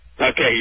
Okay